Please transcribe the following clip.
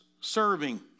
serving